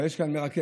אבל יש כאן מרכז.